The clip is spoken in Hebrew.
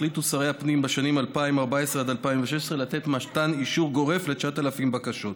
החליטו שרי הפנים בשנים 2014 2016 לתת אישור גורף ל-9,000 בקשות.